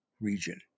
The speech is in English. region